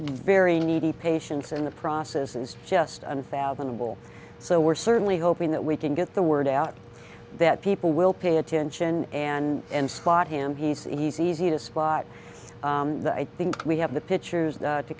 very needy patients in the process is just unfathomable so we're certainly hoping that we can get the word out that people will pay attention and spot him he's easy to spot i think we have the pictures to